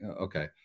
okay